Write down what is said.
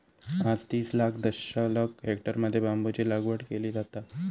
आज तीस लाख दशलक्ष हेक्टरमध्ये बांबूची लागवड केली जाता